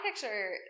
picture